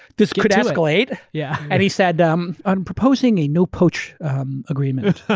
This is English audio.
this could escalate. yeah and he said um i'm proposing a no poach agreement.